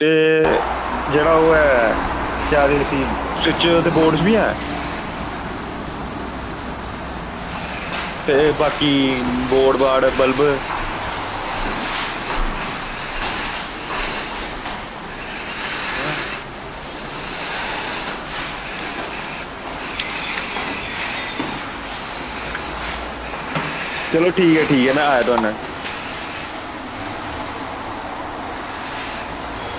ते जेह्ड़ा ओह् ऐ केह् आखदे उसी स्विच ते बोड़ नी हैन ते बाकी बोड़ बाड़ बल्ब हां चलो ठीक ऐ ठीक ऐ में आया तुआढ़े नै